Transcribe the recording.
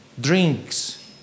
Drinks